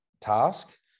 task